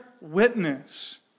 witness